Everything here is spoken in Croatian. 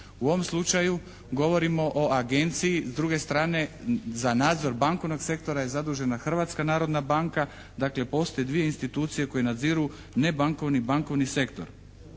U ovom slučaju govorimo o agenciji, s druge strane za nadzor bankovnog sektora je zadužena Hrvatska narodna banka, dakle postoje dvije institucije koje nadziru nebankovni i bankovni sektor.